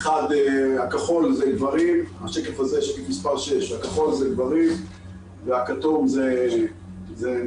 בשקף מספר 7 הכחול זה גברים והכתום זה נשים.